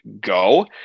go